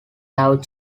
have